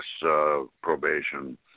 probation